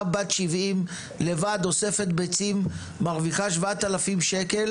בת 70 שאוספת לבד ביצים ומרוויחה 7,000 שקלים